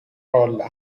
olha